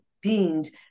beings